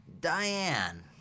Diane